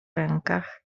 rękach